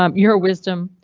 um your wisdom,